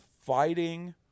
fighting